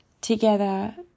together